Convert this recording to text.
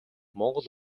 монгол